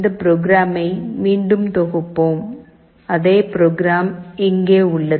இந்த ப்ரோக்ராமை மீண்டும் தொகுப்போம் அதே ப்ரோக்ராம் இங்கே உள்ளது